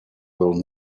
will